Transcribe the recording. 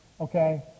Okay